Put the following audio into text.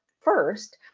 first